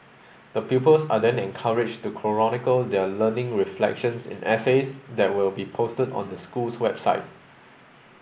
the pupils are then encouraged to chronicle their learning reflections in essays that will be posted on the school's website